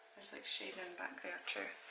there's like shading back there too.